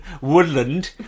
woodland